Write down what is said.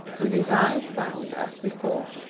with his eyes bound as before.